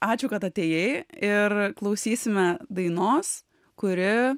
ačiū kad atėjai ir klausysime dainos kuri